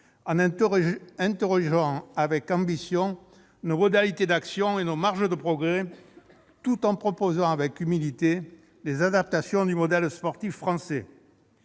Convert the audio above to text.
en interrogeant, avec ambition, nos modalités d'action et nos marges de progrès, tout en proposant, avec humilité, des adaptations du modèle sportif français.